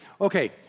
Okay